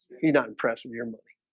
he's not impressed in your movie